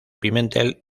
pimentel